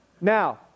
Now